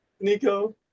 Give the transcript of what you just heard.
Nico